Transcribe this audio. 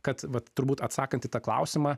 kad vat turbūt atsakant į tą klausimą